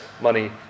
money